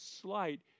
slight